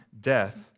death